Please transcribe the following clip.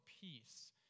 peace